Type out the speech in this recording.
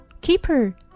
keeper